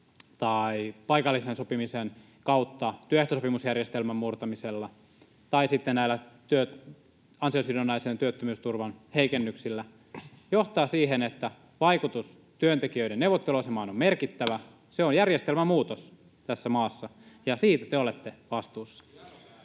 tai paikallisen sopimisen kautta työehtosopimusjärjestelmän murtamisella tai sitten näillä ansiosidonnaisen työttömyysturvan heikennyksillä, johtaa siihen, että vaikutus työntekijöiden neuvottelu-asemaan on merkittävä. Se on järjestelmän muutos tässä maassa, ja siitä te olette vastuussa.